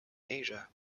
asia